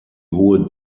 hohe